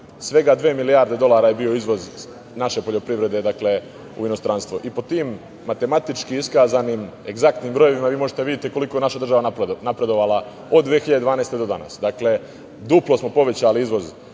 svega dve milijarde dolara je bio izvoz naše poljoprivrede u inostranstvo. I po tim matematički iskazanim egzaktnim brojevima vi možete da vidite koliko je naša država napredovala od 2012. do danas. Dakle, duplo smo povećali iznos